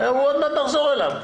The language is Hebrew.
עוד מעט נחזור אליו.